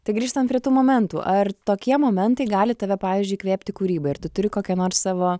tai grįžtant prie tų momentų ar tokie momentai gali tave pavyzdžiui įkvėpti kūrybai ar tu turi kokią nors savo